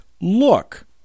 Look